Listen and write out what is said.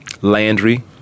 Landry